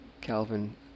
Calvin